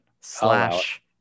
slash